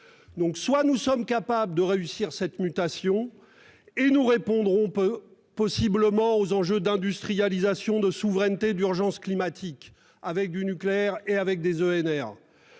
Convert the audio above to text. France. Soit nous sommes capables de réussir cette mutation, et nous répondrons possiblement aux enjeux d'industrialisation, de souveraineté et d'urgence climatique, avec du nucléaire et avec des EnR,